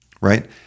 right